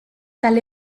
tal